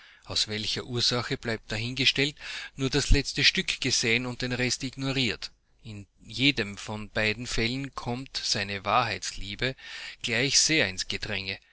aus welcher ursache bleibe dahingestellt nur das letzte stück gesehen und den rest ignoriert in jedem von beiden fällen kommt seine wahrheitsliebe gleich sehr ins gedränge